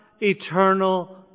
eternal